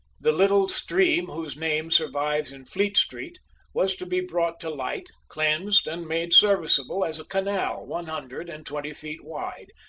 the little stream whose name survives in fleet street was to be brought to light, cleansed, and made serviceable as a canal one hundred and twenty feet wide,